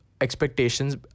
expectations